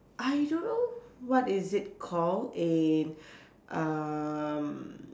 I don't know what is it called a um